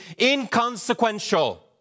inconsequential